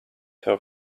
her